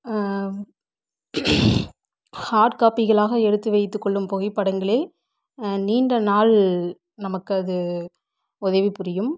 hot காப்பிகளாக எடுத்து வைத்துக்கொள்ளும் புகைப்படங்கள் நீண்ட நாள் நமக்கு அது உதவி புரியும்